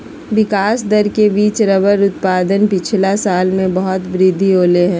विकास दर के बिच रबर उत्पादन पिछला पाँच साल में बहुत वृद्धि होले हें